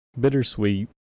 Bittersweet